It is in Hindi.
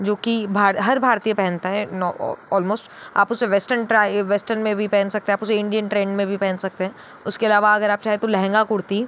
जो कि हर भारतीय पहनता है अलमोस्ट आप उसे वेस्टर्न ट्राय वेस्टर्न में भी पहन सकते हैं आप उसे इंडियन ट्रेंड में भी पहन सकते हैं उसके अलावा अगर आप चाहें तो लहंगा कुर्ती